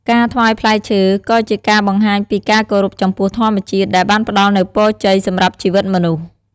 ការថ្វាយផ្លែឈើក៏ជាការបង្ហាញពីការគោរពចំពោះធម្មជាតិដែលបានផ្តល់នូវពរជ័យសម្រាប់ជីវិតមនុស្ស។